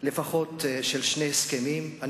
של שני הסכמים לפחות.